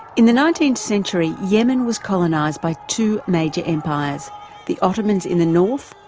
in the nineteenth century, yemen was colonised by two major empires the ottomans in the north,